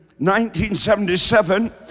1977